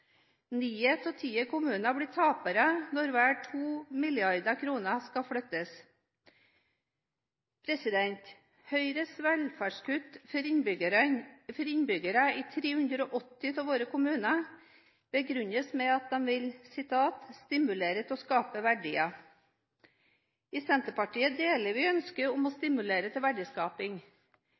Ni av ti kommuner blir tapere når vel 2 mrd. kr skal flyttes. Høyres velferdskutt for innbyggerne i 380 av våre kommuner begrunnes med at de vil stimulere til å skape verdier. I Senterpartiet deler vi ønsket om å stimulere til verdiskaping,